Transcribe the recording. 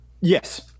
Yes